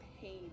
pain